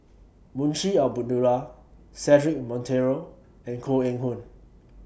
Munshi Abdullah Cedric Monteiro and Koh Eng Hoon